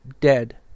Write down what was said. dead